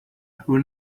who